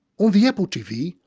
on the apple tv,